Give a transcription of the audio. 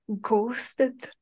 ghosted